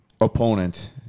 opponent